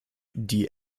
die